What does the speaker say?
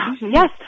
Yes